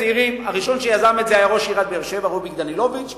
הראשון שיזם את זה היה ראש עיריית באר-שבע רוביק דנילוביץ,